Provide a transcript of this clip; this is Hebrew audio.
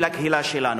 של הקהילה שלנו.